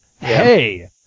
hey